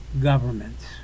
governments